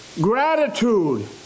gratitude